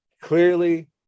clearly